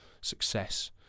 success